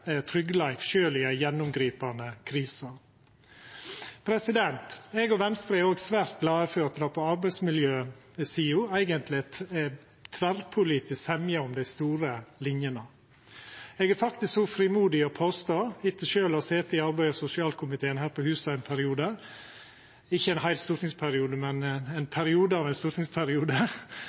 tryggleik, sjølv i ei gjennomgripande krise. Eg og Venstre er òg svært glade for at det på arbeidsmiljøsida eigentleg er tverrpolitisk semje om dei store linjene. Eg er faktisk så frimodig å påstå, etter sjølv å ha sete i arbeids- og sosialkomiteen her på huset – ikkje ein heil stortingsperiode, men ein periode – at det meste som er av